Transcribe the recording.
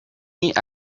out